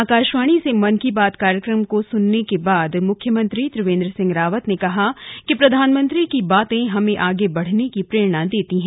आकाशवाणी से मन की बात कार्याक्रम को सुनने के बाद मुख्यमंत्री त्रिवेन्द्र सिंह रावत ने कहा है कि प्रधानमंत्री की बाते हमें आगे बढने की प्रेरणा देती है